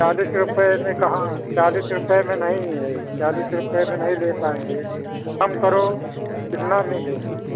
चालीस रुपये में कहाँ है चालीस रुपये में नहीं है चालीस रुपये में नहीं ले पाएँगे कम करो इतना नहीं देंगे